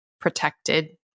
protected